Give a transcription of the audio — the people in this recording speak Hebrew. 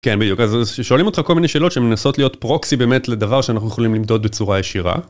כן, בדיוק. אז שואלים אותך כל מיני שאלות שמנסות להיות פרוקסי באמת לדבר שאנחנו יכולים למדוד בצורה ישירה.